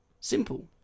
simple